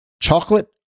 chocolate